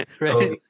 right